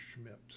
Schmidt